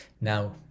Now